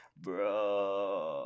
Bro